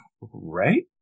Right